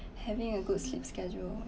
having a good sleep schedule